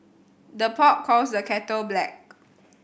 the pot calls the kettle black